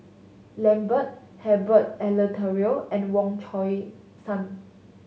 Lambert Herbert Eleuterio and Wong Chong Sai